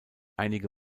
einige